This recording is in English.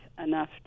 enough